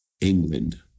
England